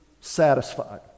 satisfied